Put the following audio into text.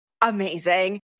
amazing